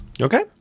Okay